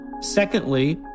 secondly